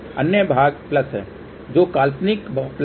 अन्य भाग प्लस है जो काल्पनिक प्लस है